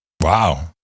Wow